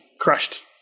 crushed